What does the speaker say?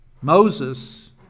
Moses